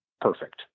perfect